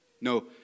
No